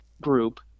group